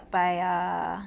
by a